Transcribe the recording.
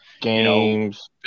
games